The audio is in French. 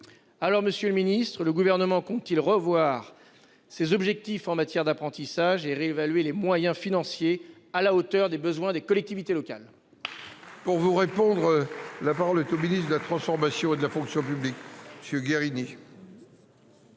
Aussi, monsieur le ministre, le Gouvernement compte-t-il revoir ses objectifs en matière d'apprentissage et réévaluer les moyens financiers à la hauteur des besoins des collectivités locales ? La parole est à M. le ministre de la transformation et de la fonction publiques. Monsieur le